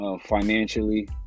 financially